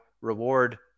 reward